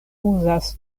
uzas